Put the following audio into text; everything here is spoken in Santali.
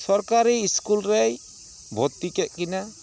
ᱥᱚᱨᱠᱟᱨᱤ ᱥᱠᱩᱞᱨᱮᱭ ᱵᱷᱚᱨᱛᱤ ᱠᱮᱫ ᱠᱤᱱᱟᱹ